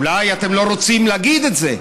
אולי אתם לא רוצים להגיד את זה,